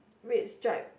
red stripe